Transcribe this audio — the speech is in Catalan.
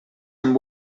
amb